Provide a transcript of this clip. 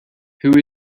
who